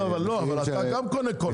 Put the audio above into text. אבל אתה גם קונה קולה.